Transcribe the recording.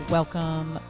Welcome